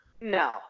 No